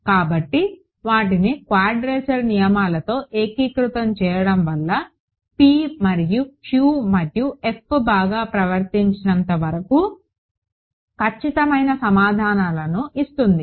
కాబట్టి వాటిని క్వాడ్రేచర్ నియమాలతో ఏకీకృతం చేయడం వల్ల p మరియు q మరియు f బాగా ప్రవర్తించినంత వరకు ఖచ్చితమైన సమాధానాలను ఇస్తుంది